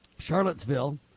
charlottesville